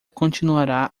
continuará